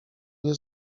nie